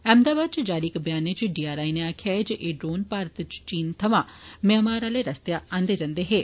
अहमदाबाद च जारी इक ब्यानै च डीआरआई नै आक्खेआ ऐ जे एह् ड्रोन भारत च चीन थमां म्यामार आह्ले रस्तेआ आन्ने जन्दे हे